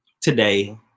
Today